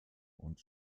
und